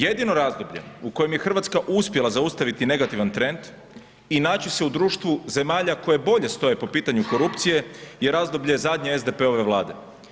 Jedino razdoblje u kojem je Hrvatska uspjela zaustaviti negativan trend i naći se u društvu zemalja koje bolje stoje po pitanju korupcije je razdoblje zadnje SDP-ove vlade.